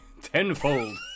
tenfold